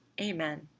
Amen